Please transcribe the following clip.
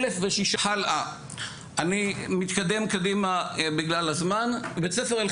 1,006 תלמידים בבית ספר.